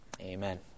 amen